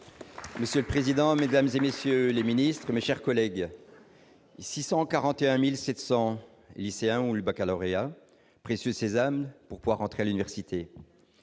Monsieur le président, Mesdames et messieurs les ministres, mes chers collègues, 641700 lycéens ou le Baccalauréat précieux sésame pour pouvoir entrer à l'université,